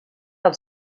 del